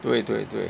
对对对